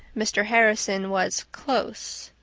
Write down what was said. mr. harrison was close.